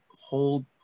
hold